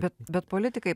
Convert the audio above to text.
bet bet politikai